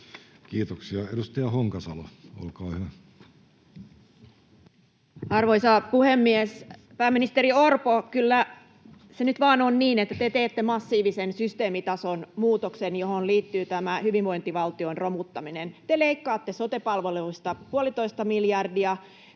tilanteesta Time: 15:14 Content: Arvoisa puhemies! Pääministeri Orpo, kyllä se nyt vaan on niin, että te teette massiivisen systeemitason muutoksen, johon liittyy hyvinvointivaltion romuttaminen. Te leikkaatte sote-palveluista puolitoista miljardia,